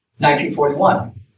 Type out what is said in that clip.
1941